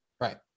Right